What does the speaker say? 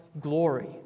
glory